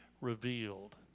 revealed